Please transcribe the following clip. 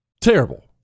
Terrible